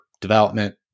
development